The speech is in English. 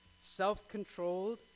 self-controlled